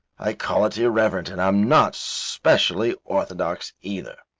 i call it irreverent, and i'm not specially orthodox either.